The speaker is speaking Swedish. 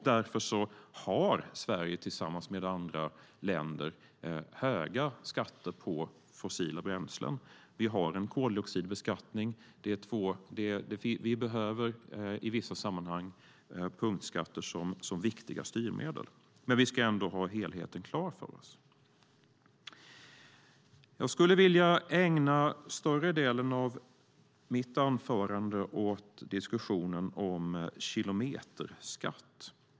Därför har Sverige tillsammans med andra länder höga skatter på fossila bränslen. Vi har en koldioxidbeskattning. Vi behöver i vissa sammanhang punktskatter som viktiga styrmedel. Men vi ska ändå ha helheten klar för oss. Jag skulle vilja ägna större delen av mitt anförande åt diskussionen om en kilometerskatt.